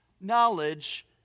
knowledge